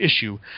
issue